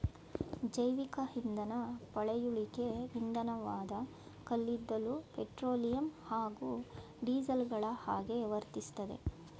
ಜೈವಿಕಇಂಧನ ಪಳೆಯುಳಿಕೆ ಇಂಧನವಾದ ಕಲ್ಲಿದ್ದಲು ಪೆಟ್ರೋಲಿಯಂ ಹಾಗೂ ಡೀಸೆಲ್ಗಳಹಾಗೆ ವರ್ತಿಸ್ತದೆ